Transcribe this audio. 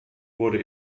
wurde